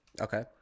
Okay